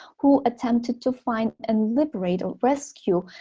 who attempted to find and liberate, or rescue,